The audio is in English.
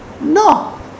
No